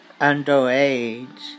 underage